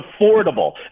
affordable